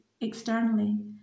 externally